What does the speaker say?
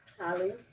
Holly